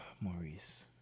Maurice